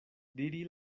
diri